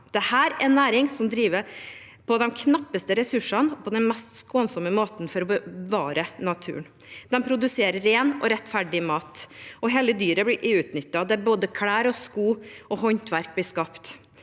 Dette er en næring som driver på de knappeste ressursene og på den mest skånsomme måten, for å bevare naturen. De produserer ren og rettferdig mat, og hele dyret blir utnyttet. Både klær, sko og håndverk blir skapt.